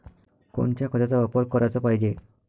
कोनच्या खताचा वापर कराच पायजे?